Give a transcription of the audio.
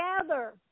together